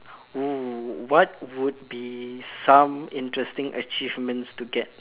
oo what would be some interesting achievements to get